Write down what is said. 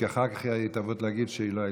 כי אחר כך היא תבוא להגיד שהיא לא הייתה.